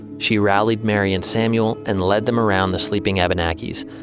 she rallied mary and samuel and led them around the sleeping abenakis,